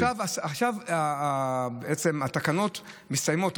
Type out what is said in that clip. אז עכשיו התקנות מסתיימות,